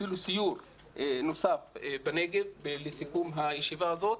אפילו סיור נוסף בנגב לסיכום הישיבה הזאת,